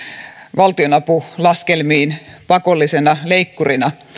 valtionapulaskelmiin pakollisena leikkurina